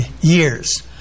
years